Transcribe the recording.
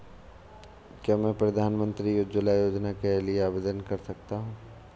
क्या मैं प्रधानमंत्री उज्ज्वला योजना के लिए आवेदन कर सकता हूँ?